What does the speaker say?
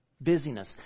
Busyness